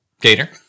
gator